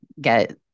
get